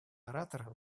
оратора